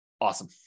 Awesome